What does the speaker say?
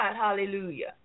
hallelujah